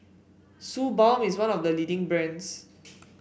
Suu Balm is one of the leading brands